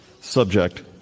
subject